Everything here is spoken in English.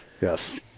Yes